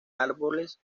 árboles